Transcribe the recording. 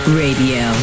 radio